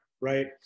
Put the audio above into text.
right